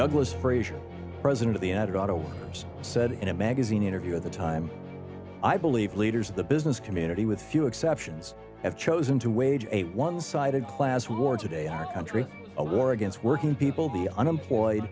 douglas frazier president of the united auto workers said in a magazine interview at the time i believe leaders of the business community with few exceptions have chosen to wage a one sided class war today our country a war against working people be unemployed